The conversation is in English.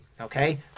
Okay